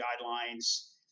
guidelines